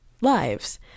lives